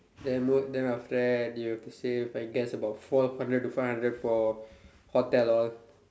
then most then after that you have to save like guess about four hundred to five hundred for hotel all